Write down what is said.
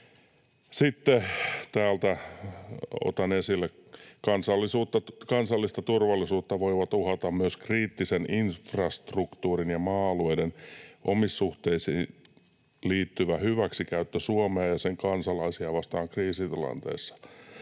Sitten täältä otan esille: ”Kansallista turvallisuutta voivat uhata myös kriittisen infrastruktuurin ja maa-alueiden omistussuhteisiin liittyvä hyväksikäyttö Suomea ja sen kansalaisia vastaan kriisitilanteessa.